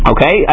Okay